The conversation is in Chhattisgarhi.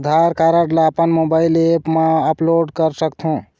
आधार कारड ला अपन मोबाइल ऐप मा अपलोड कर सकथों?